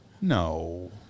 No